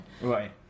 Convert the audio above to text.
Right